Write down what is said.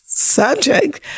subject